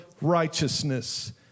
righteousness